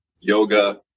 yoga